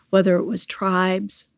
whether it was tribes,